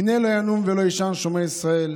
הנה לא ינום ולא יישן שומר ישראל.